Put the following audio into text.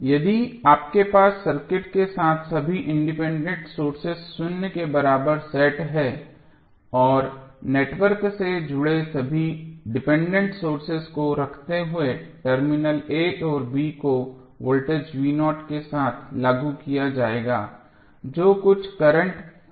यदि आपके पास सर्किट के साथ सभी इंडिपेंडेंट सोर्सेज शून्य के बराबर सेट है और नेटवर्क से जुड़े सभी डिपेंडेंट सोर्सेज को रखते हुए टर्मिनल a और b को वोल्टेज के साथ लागु किया जायगा जो कुछ करंटकी आपूर्ति करेगा